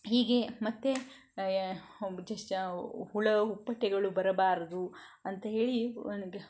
ಹೀಗೇ ಮತ್ತು ಹುಳ ಹುಪ್ಪಟೆಗಳು ಬರಬಾರದು ಅಂತ ಹೇಳಿ ಒಂದು